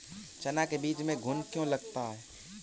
चना के बीज में घुन क्यो लगता है?